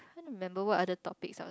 remember what are the topics